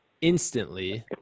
instantly